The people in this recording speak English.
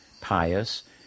pious